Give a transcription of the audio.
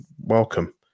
welcome